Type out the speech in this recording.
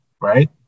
right